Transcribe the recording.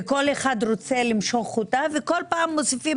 וכל אחד רוצה למשוך חוטיו וכל פעם מוסיפים